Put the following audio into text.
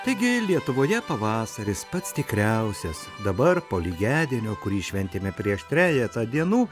taigi lietuvoje pavasaris pats tikriausias dabar po lygiadienio kurį šventėme prieš trejetą dienų